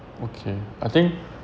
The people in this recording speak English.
okay I think